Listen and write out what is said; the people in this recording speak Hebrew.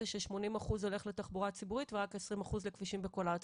ש-80% הולכים לתחבורה הציבורית ורק 20% לכבישים בכל הארץ.